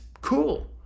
cool